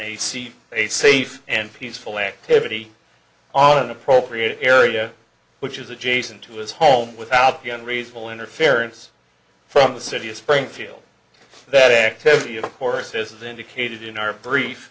a safe and peaceful activity on an appropriate area which is adjacent to his home without the unreasonable interference from the city of springfield that activity of course is indicated in our brief